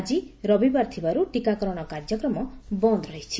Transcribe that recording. ଆଜି ରବିବାର ଥିବାର୍ ଟିକାକରଣ କାର୍ଯ୍ୟକ୍ରମ ବନ୍ଦ ରହିଛି